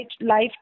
life